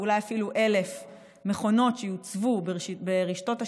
אולי אפילו ל-1,000 מכונות שיוצבו ברשתות השיווק,